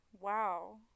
wow